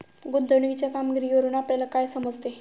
गुंतवणुकीच्या कामगिरीवरून आपल्याला काय समजते?